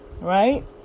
right